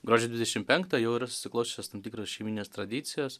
gruodžio dvidešim penktą jau yra susiklosčiusios tam tikros šeiminės tradicijos